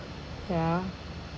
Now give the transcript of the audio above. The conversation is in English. yeah